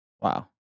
Wow